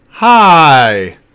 Hi